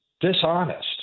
dishonest